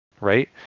right